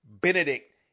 Benedict